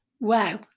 Wow